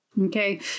Okay